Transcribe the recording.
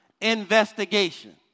Investigation